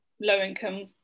low-income